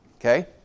Okay